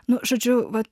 nu žodžiu vat